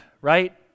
right